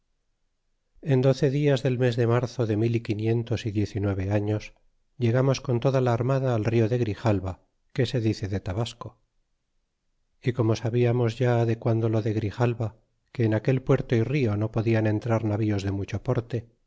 en doce dias del mes de marzo de mil y quinientos y diez y nueve arios llegamos con toda la armada al rio de grijalva que se dice de tabasco y como sabíamos ya de guando lo de grijalva que en aquel puerto y rio no podian entrar navíos de mucho porte